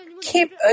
keep